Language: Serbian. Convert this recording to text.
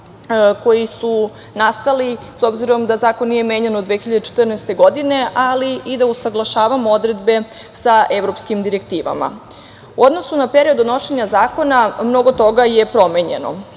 koji su nastali, s obzirom da zakon nije menjan od 2014. godine, ali i da usaglašavamo odredbe sa evropskim direktivama.U odnosu na period donošenja zakona mnogo toga je promenjeno.